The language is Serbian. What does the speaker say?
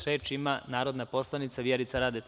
Reč ima narodna poslanica Vjerica Radeta.